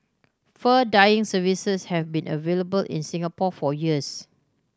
fur dyeing services have been available in Singapore for years